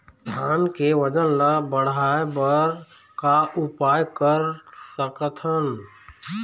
धान के वजन ला बढ़ाएं बर का उपाय कर सकथन?